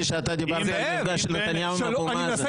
שאתה דיברת על המפגש של נתניהו עם אבו מאזן...